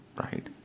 Right